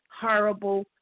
horrible